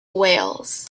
wales